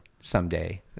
someday